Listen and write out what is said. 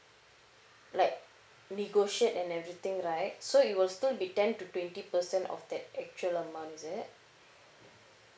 like negotiate and everything right so it will still be ten to twenty percent of that actual amount is it